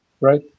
Right